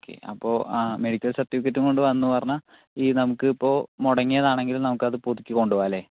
okay അപ്പോൾ medical certificate കൊണ്ട് വന്ന് പറഞ്ഞാൽ ഈ നമുക്ക് ഇപ്പോൾ മുടങ്ങിയതാണെങ്കിലും നമുക്ക് അത് പുതുക്കി കൊണ്ട് പോവാം അല്ലെ